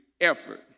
effort